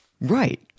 Right